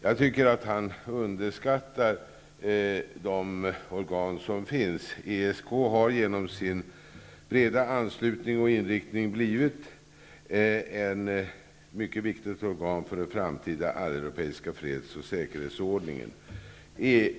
Jag tycker att han underskattar de organ som finns. ESK har genom sin breda anslutning och inriktning blivit ett mycket viktigt organ för en framtida alleuropeisk freds och säkerhetsordning.